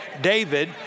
David